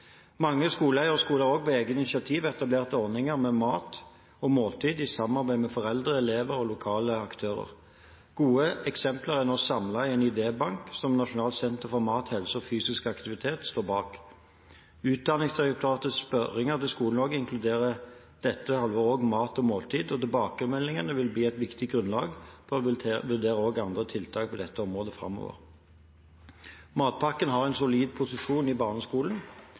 Mange skoleeiere og skoler har, også på eget initiativ, etablert ordninger med mat og måltider i samarbeid med foreldre, elever og lokale aktører. Gode eksempler er nå samlet i en idébank som Nasjonalt senter for mat, helse og fysisk aktivitet står bak. Utdanningsdirektoratets spørringer til skolene inkluderer dette halvåret mat og måltider, og tilbakemeldingene vil bli et viktig grunnlag for å vurdere også andre tiltak på dette området framover. Matpakken har en solid posisjon i barneskolen.